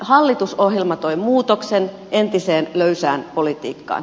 hallitusohjelma toi muutoksen entiseen löysään politiikkaan